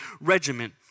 regiment